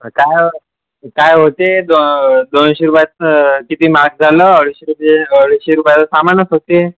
काय काय होते दो दोनशे रुपयाचं किती महाग झालं अडीचशेचं ते अडीचशे रुपयाचं सामानच होते